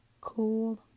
Cool